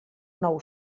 nou